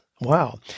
Wow